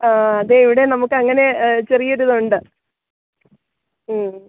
ആ അതേ ഇവിടെ നമുക്കങ്ങനെ ചെറിയൊരിതുണ്ട് ഉം